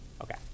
Okay